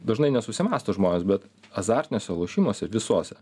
dažnai nesusimąsto žmonės bet azartiniuose lošimuose visuose